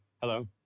Hello